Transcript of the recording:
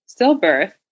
stillbirth